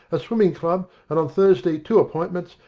a swimming club, and on thursday two appointments,